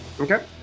Okay